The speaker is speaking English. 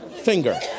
finger